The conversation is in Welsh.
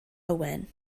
owen